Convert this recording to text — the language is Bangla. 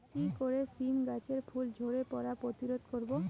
কি করে সীম গাছের ফুল ঝরে পড়া প্রতিরোধ করব?